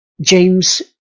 James